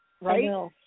right